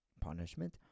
punishment